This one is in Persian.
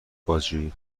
بازجویی